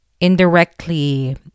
indirectly